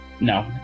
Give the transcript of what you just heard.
No